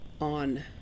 on